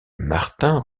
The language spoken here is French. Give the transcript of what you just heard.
martin